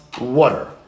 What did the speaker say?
water